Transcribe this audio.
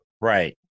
Right